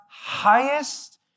Highest